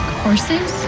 horses